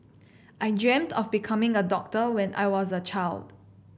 I dreamt of becoming a doctor when I was a child